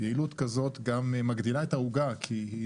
יעילות כזאת גם מגדילה את העוגה כי היא